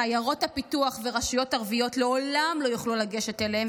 שעיירות הפיתוח ורשויות ערביות לעולם לא יוכלו לגשת אליהם,